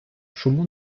чому